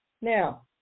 Now